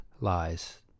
lies